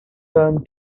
term